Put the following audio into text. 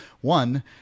One